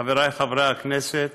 חבריי חברי הכנסת,